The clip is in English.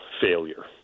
failure